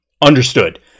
Understood